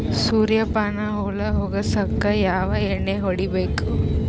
ಸುರ್ಯಪಾನ ಹುಳ ಹೊಗಸಕ ಯಾವ ಎಣ್ಣೆ ಹೊಡಿಬೇಕು?